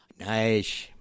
Nice